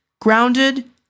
grounded